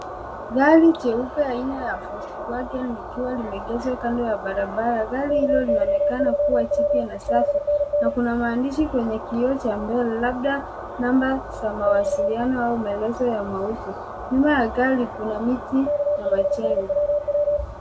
Gari jeupe aina ya, volkswagen, likiwa limeegeshwa kando ya barabara. Gari hilo linaonekana kuwa jipya na safi na kuna maandishi kwenye kioo cha mbele labda za mawasiliano au maelezo ya mauzo. Nyuma ya gari kuna miti na majengo.